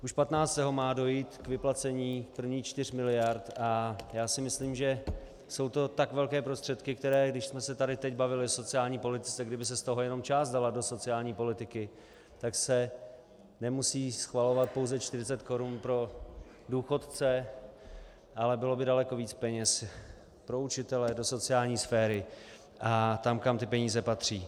Už patnáctého má dojít k vyplacení prvních 4 miliard a já si myslím, že jsou to tak velké prostředky, když jsme se teď bavili o sociální politice, kdyby se z toho jenom část dala do sociální politiky, tak se nemusí schvalovat pouze 40 korun pro důchodce, ale bylo by daleko víc peněz pro učitele, do sociální sféry a tam, kam tyto peníze patří.